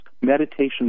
meditation